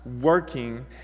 working